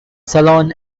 salon